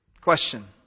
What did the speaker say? question